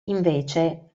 invece